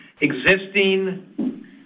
existing